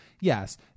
yes